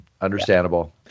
Understandable